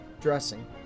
dressing